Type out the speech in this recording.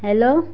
hello